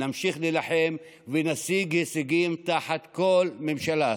נמשיך להילחם ונשיג הישגים תחת כל ממשלה,